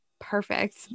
perfect